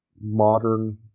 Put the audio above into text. modern